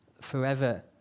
forever